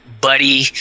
buddy